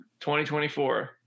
2024